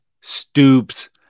Stoops